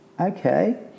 okay